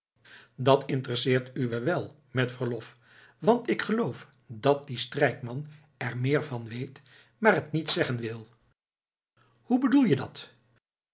dat interesseert uwé wel met verlof want ik geloof dat die strijkman er meer van weet maar het niet zeggen wil hoe bedoel je dat